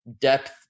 Depth